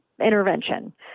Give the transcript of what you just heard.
intervention